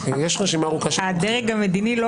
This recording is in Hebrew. אגב, לא